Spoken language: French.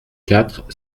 quatre